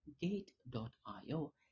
Gate.io